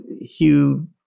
Hugh